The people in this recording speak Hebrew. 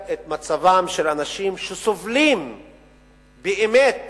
של אנשים שסובלים באמת